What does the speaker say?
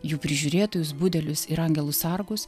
jų prižiūrėtojus budelius ir angelus sargus